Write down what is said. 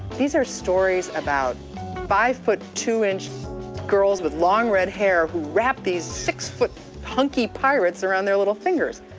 these are stories about five foot two inch girls with long red hair who wrap these six foot hunky pirates around their little fingers.